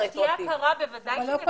אם תהיה הכרה, בוודאי שהיא תקבל רטרואקטיבית.